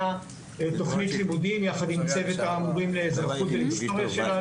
תוכנית לימודים יחד עם צוות המורים לאזרחות ולהיסטוריה שלנו,